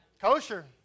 Kosher